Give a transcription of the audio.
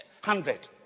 Hundred